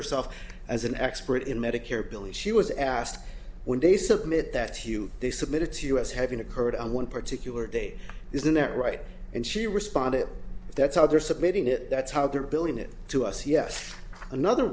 herself as an expert in medicare believe she was asked when they submit that hew they submitted to us having occurred on one particular day isn't that right and she responded that's how they're submitting it that's how they're billing it to us yes another